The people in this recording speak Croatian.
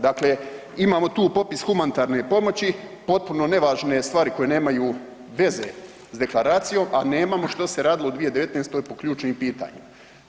Dakle, imamo tu popis humanitarne pomoći, potpuno nevažne stvari koje nemaju veze s deklaracijom, a nemamo što se radilo u 2019. po ključnim pitanjima.